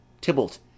Tybalt